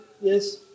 yes